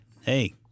hey